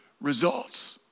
results